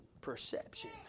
perception